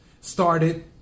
started